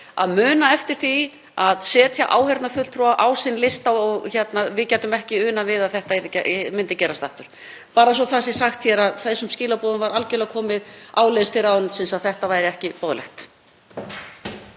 að muna eftir því að setja áheyrnarfulltrúa á sinn lista og að við gætum ekki unað við að þetta myndi gerast aftur. Bara svo að það sé sagt hér var þeim skilaboðum algerlega komið áleiðis til ráðuneytisins að þetta væri ekki boðlegt.